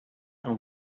i’m